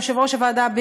יושב-ראש הוועדה,